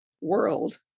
world